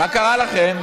מה קרה לכם?